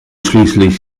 schließlich